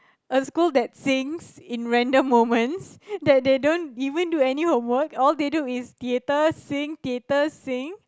a school that sings in random moments that they don't even do any homework all they do is theater sing theater sing